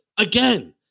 Again